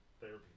therapy